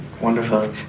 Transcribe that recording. Wonderful